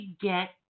get